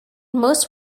most